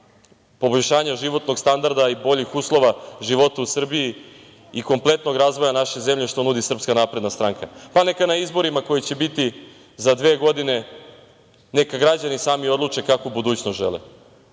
poboljšanja životnog standarda i boljih uslova života u Srbiji i kompletnog razvoja naše zemlje, što nudi Srpska napredna stranka. Pa neka na izborima koji će biti za dve godine, neka građani sami odluče kakvu budućnost žele. Još